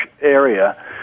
area